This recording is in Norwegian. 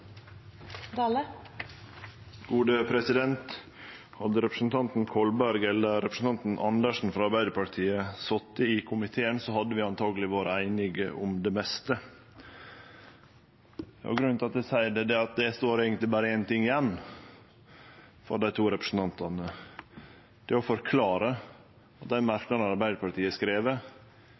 Hadde representanten Kolberg eller representanten Andersen frå Arbeidarpartiet sete i komiteen, hadde vi antakeleg vore einige om det meste. Grunnen til at eg seier det, er at det eigentleg berre står éin ting igjen for dei to representantane. Det er å forklare at dei merknadene Arbeidarpartiet